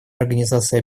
организации